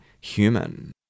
human